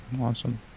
awesome